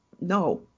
no